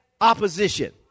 opposition